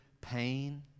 pain